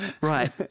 right